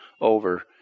over